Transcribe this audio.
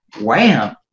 wham